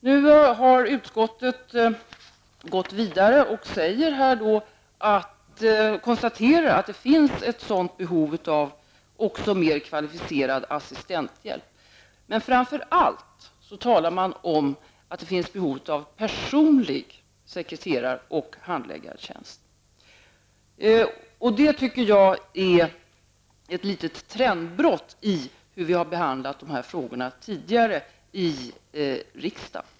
Nu har utskottet gått vidare och konstaterar att det finns ett behov av också mer kvalificerad assistenhjälp. Men framför allt talar man om att det finns ett behov av en personlig sekreterar och handläggartjänst. Det är ett litet trendbrott i förhållande till hur vi behandlat dessa frågor tidigare i riksdagen.